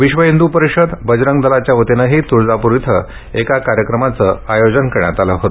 विश्व हिंदू परिषद बजरंग दलाच्या वतीनंही तुळजापूर इथं एका कार्यक्रमाचं आयोजन करण्यात आले होते